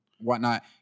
whatnot